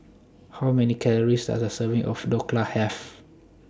How Many Calories Are A Serving of Dhokla Have